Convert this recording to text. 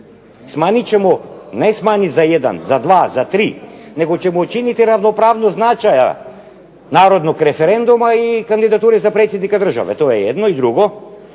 Smanjit ćemo, ne smanjit za jedan, za dva, za tri, nego ćemo učiniti ravnopravnost značaja narodnog referenduma i kandidature za predsjednika države. To je jedno. I drugo,